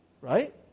Right